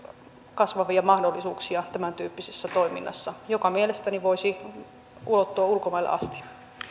kasvavia mahdollisuuksia tämäntyyppisessä toiminnassa joka mielestäni voisi ulottua ulkomaille asti